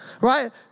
right